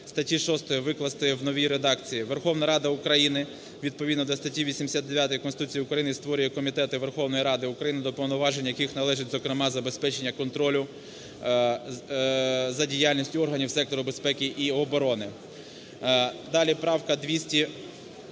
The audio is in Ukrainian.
статті 6 викласти в новій редакції: "Верховна Рада України відповідно до статті 89 Конституції України створює комітети Верховної Ради України, до повноважень яких належить, зокрема, забезпечення контролю за діяльністю органів сектору безпеки і оборони". Далі. Правка 248.